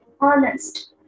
honest